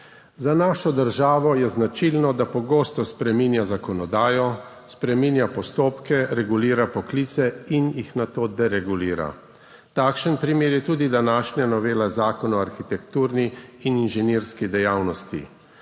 Za našo državo je značilno, da pogosto spreminja zakonodajo, spreminja postopke, regulira poklice in jih nato deregulira. Takšen primer je tudi današnja novela Zakona o arhitekturni in inženirski dejavnosti.